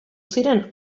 ziren